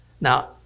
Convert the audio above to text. Now